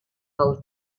del